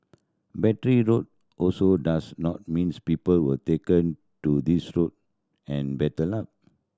Battery Road also does not means people were taken to this road and battered up